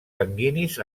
sanguinis